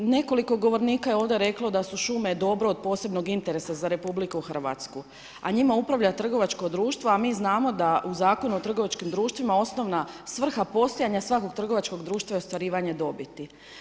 Nekoliko govornika je ovdje reklo da su šume dobro od posebnog interesa za RH, a njima uprava trgovačko društvo, a mi znamo da u Zakonu o trgovačkim društvima osnovna svrha postojanja svakog trgovačkog društva je ostvarivanje dobiti.